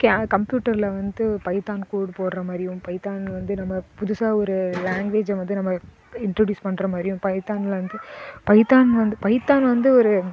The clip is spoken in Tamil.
கே கம்பியூட்டரில் வந்து பைத்தான் கோடு போடுர மாரியும் பைத்தான் வந்து நம்ம புதுசாக ஒரு லேங்குவேஜை வந்து நம்ப இண்ட்ருடியூஸ் பண்ற மாரியும் பைத்தானில் வந்து பைத்தான் வந்து பைத்தான் வந்து ஒரு